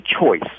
choice